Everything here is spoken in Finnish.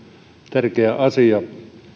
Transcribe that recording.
tärkeä asia